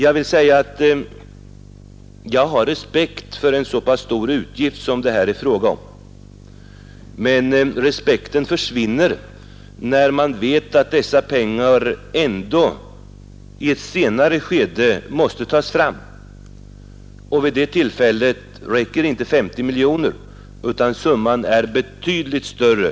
Jag vill säga att jag har respekt för en så pass stor utgift som det här är fråga om — men den respekten försvinner när man vet att dessa pengar ändock måste tas fram i ett senare skede. Och vid den tidpunkten räcker inte 50 miljoner utan summan blir betydligt större.